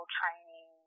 training